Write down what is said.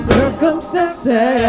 Circumstances